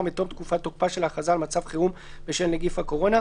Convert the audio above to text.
מתום תקופת תוקפה של ההכרזה על מצב חירום בשל נגיף הקורונה,